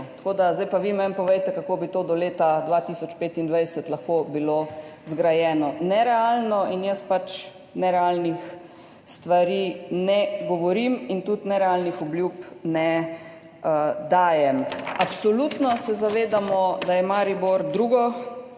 Tako da zdaj pa vi meni povejte, kako bi to do leta 2025 lahko bilo zgrajeno. Nerealno in jaz pač nerealnih stvari ne govorim in tudi nerealnih obljub ne dajem. Absolutno se zavedamo, da je Maribor naše